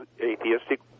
atheistic